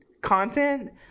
content